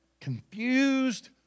confused